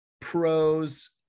pros